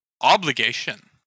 Obligation